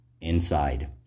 inside